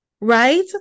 right